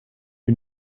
you